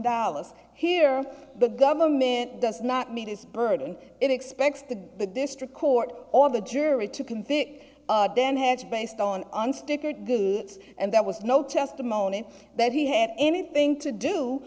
dollars here the government does not meet its burden it expects the district court or the jury to convict then heads based on an stickered and there was no testimony that he had anything to do